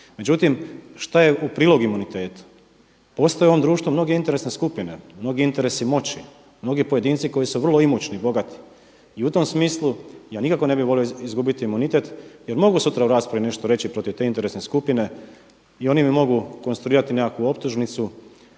Međutim, šta je u prilog imunitetu? Postoje u ovom društvu mnoge interesne skupine, mnogi interesi moći, mnogi pojedinci koji su vrlo imućni, bogati i u tom smislu ja nikako ne bih volio izgubiti imunitet jer mogu sutra nešto reći u raspravi protiv te interesne skupine i oni mi mogu konstruirati nekakvu optužnicu